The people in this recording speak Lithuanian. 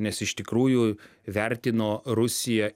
nes iš tikrųjų vertino rusiją